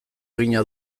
egina